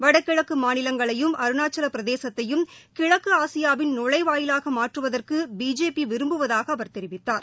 வடகிழக்குமாநிலங்களையும் அருணாச்சலபிரதேசத்தையும் கிழக்குஆசியாவின் நுழைவாயிலாகமாற்றுவதற்குபிஜேபிவிரும்புவதாகஅவர் தெரிவித்தார்